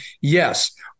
yes